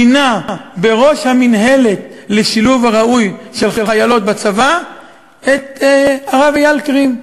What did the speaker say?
מינה בראש המינהלת לשילוב ראוי של חיילות בצבא את הרב אייל קרים.